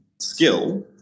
skill